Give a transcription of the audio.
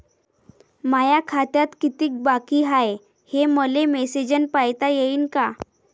माया खात्यात कितीक बाकी हाय, हे मले मेसेजन पायता येईन का?